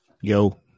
yo